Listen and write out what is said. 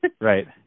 Right